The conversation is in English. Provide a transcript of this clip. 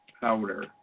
powder